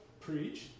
preach